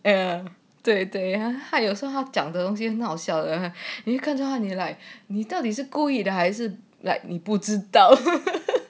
哦对对 她有时候讲的东西很好笑你一次看到他是故意的还是 like 你不知道